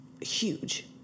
huge